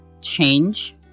change